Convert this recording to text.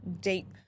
deep